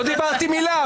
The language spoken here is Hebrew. לא אמרתי מילה.